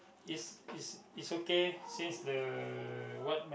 is is is okay since the what mat~